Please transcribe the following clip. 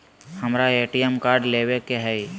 हमारा ATM card लेव के हई